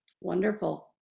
Wonderful